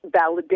validation